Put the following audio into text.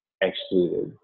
excluded